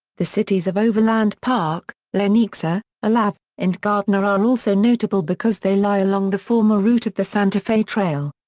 the cities of overland park, lenexa, olathe, and gardner are also notable because they lie along the former route of the santa fe trail.